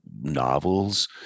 novels